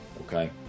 Okay